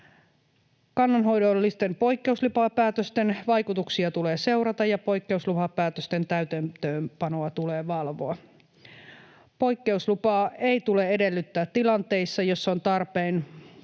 Kannanhoidollisten poikkeuslupapäätösten vaikutuksia tulee seurata, ja poikkeuslupapäätösten täytäntöönpanoa tulee valvoa. Poikkeuslupaa ei tule edellyttää tilanteissa, joissa on tarpeen